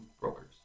brokers